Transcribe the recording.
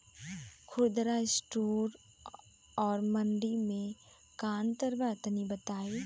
खुदरा स्टोर और मंडी में का अंतर बा तनी बताई?